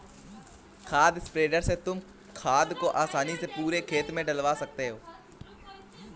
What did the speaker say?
खाद स्प्रेडर से तुम खाद को आसानी से पूरे खेत में डलवा सकते हो